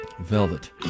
Velvet